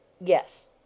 yes